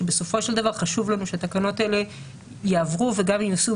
שבסופו של דבר חשוב לנו שהתקנות האלה יעברו וגם ייושמו